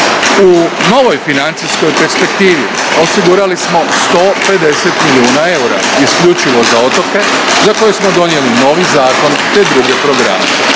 U novoj financijskoj perspektivi osigurali smo 150 milijuna eura isključivo za otoke za koje smo donijeli novi zakon te druge programe.